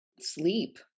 sleep